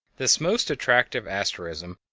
this most attractive asterism,